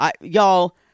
Y'all